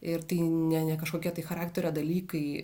ir tai ne ne kažkokie tai charakterio dalykai